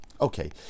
Okay